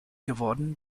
geworden